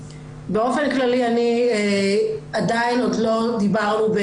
באופן כללי עדיין לא דיברנו,